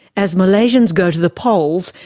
as malaysians goes to the polls,